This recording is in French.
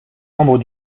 membre